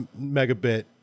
megabit